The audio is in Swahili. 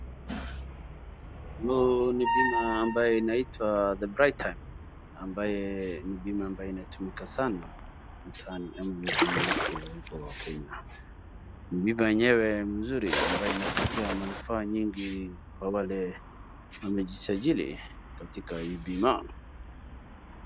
Huu ni bima ambaye inaitwa Britam ambaye ni bima ambaye inatumika sana mtaani ama mjini wetu huko Kenya. Ni bima yenyewe mzuri ambayo inapatia manufaa nyingi kwa wale wamejisajili katika hii bima.